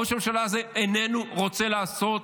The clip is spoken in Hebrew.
ראש הממשלה הזה איננו רוצה לעשות.